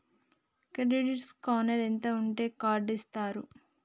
Credit score ఎంత ఉంటే card ఇస్తారు?